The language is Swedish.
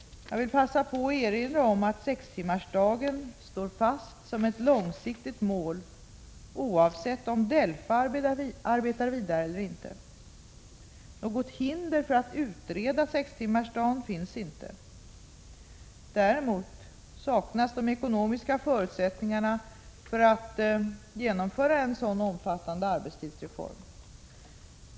Jag vill passa på att erinra om att sextimmarsdagen står fast som ett långsiktigt mål oavsett om DELFA arbetar vidare eller inte. Något hinder för att utreda sextimmarsdagen finns inte. Däremot saknas de ekonomiska förutsättningarna för att genomföra en så omfattande arbetstidsreform.